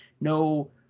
No